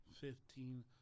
fifteen